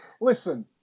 listen